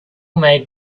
made